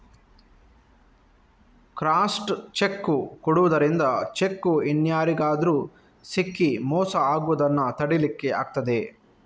crossed cheque ಕೊಡುದರಿಂದ cheque ಇನ್ಯಾರಿಗಾದ್ರೂ ಸಿಕ್ಕಿ ಮೋಸ ಆಗುದನ್ನ ತಡೀಲಿಕ್ಕೆ ಆಗ್ತದೆ